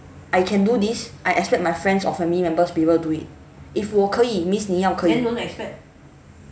I can do this I expect my friends or family members be able to do it if 我可以 means 你要可以